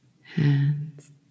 hands